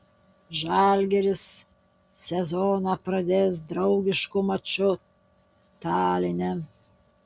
žalgiris sezoną pradės draugišku maču taline